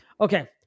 okay